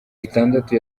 itandatu